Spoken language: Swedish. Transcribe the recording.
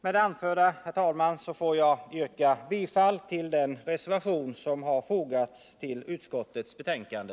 Med det anförda, herr talman, får jag yrka bifall till den reservation som har fogats till utskottets betänkande.